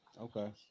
Okay